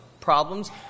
problems